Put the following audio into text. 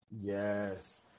Yes